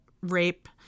rape